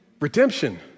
Redemption